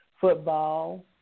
football